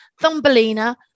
Thumbelina